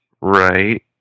Right